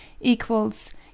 equals